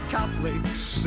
Catholics